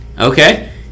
Okay